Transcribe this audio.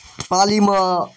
पालीमे